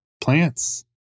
plants